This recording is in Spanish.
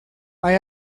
hay